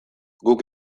guk